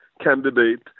candidate